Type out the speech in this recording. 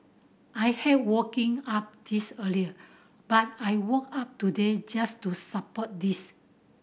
I hate waking up this early but I woke up today just to support this